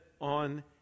on